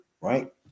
right